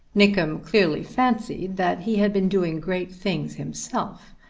nickem clearly fancied that he had been doing great things himself,